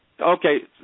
Okay